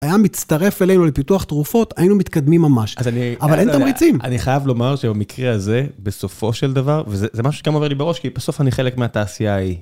היה מצטרף אלינו לפיתוח תרופות, היינו מתקדמים ממש. אז אני... אבל אין תמריצים. אני חייב לומר שבמקרה הזה, בסופו של דבר, וזה משהו שגם עובר לי בראש, כי בסוף אני חלק מהתעשייה ההיא.